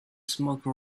smoke